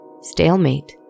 Stalemate